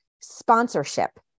sponsorship